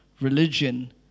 religion